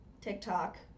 TikTok